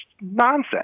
nonsense